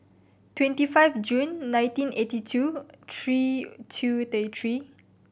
twenty five June nineteen eighty two three two thirty three